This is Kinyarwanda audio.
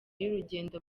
y’urugendo